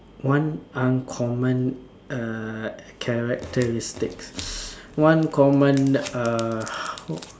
one uncommon uh characteristic one common uh